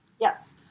Yes